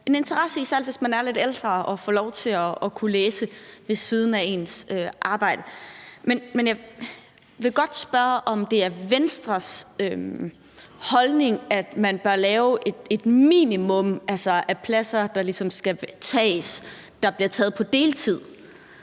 en interesse i at få lov til at kunne læse ved siden af deres arbejde. Men jeg vil godt spørge, om det er Venstres holdning, at man bør lave et minimum af pladser, der bliver taget på deltid,